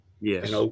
Yes